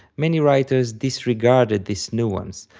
many writers disregarded this nuance,